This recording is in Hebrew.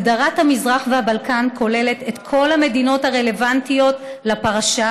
הגדרת המזרח והבלקן כוללת את כל המדינות הרלוונטיות לפרשה,